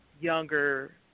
younger